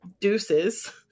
deuces